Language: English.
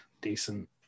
decent